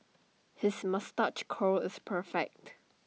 his moustache curl is perfect